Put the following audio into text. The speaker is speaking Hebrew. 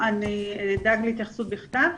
אני אדאג להתייחסות בכתב.